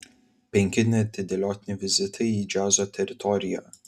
penki neatidėliotini vizitai į džiazo teritoriją